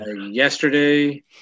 Yesterday